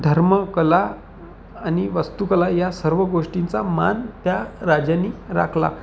धर्मकला आणि वास्तुकला या सर्व गोष्टींचा मान त्या राजांनी राखला